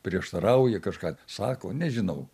prieštarauja kažką sako nežinau